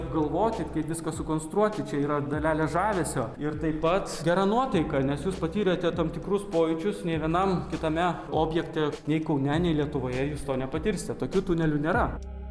apgalvoti kaip viską sukonstruoti čia yra dalelė žavesio ir tai pat gera nuotaika nes jūs patyrėte tam tikrus pojūčius nei vienam kitame objekte nei kaune nei lietuvoje jūs to nepatirsit tokių tunelių nėra